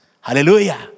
Hallelujah